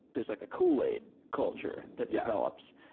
there's like a kool-aid culture that develops.